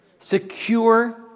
Secure